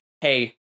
hey